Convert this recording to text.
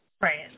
Right